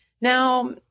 now